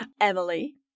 Emily